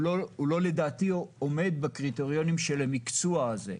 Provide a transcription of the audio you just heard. לדעתי הוא לא עומד בקריטריונים של המקצוע הזה.